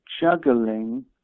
juggling